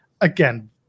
again